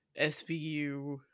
SVU